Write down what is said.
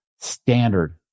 standard